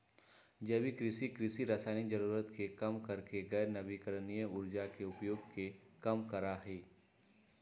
जैविक कृषि, कृषि रासायनिक जरूरत के कम करके गैर नवीकरणीय ऊर्जा के उपयोग के कम करा हई